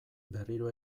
berriro